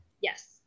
Yes